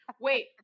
Wait